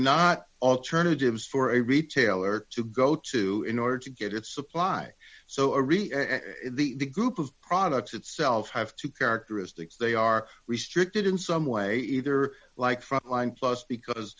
not alternatives for a retailer to go to in order to get its supply so a really the group of products itself have two characteristics they are restricted in some way either like frontline plus because